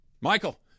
Michael